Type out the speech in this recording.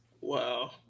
Wow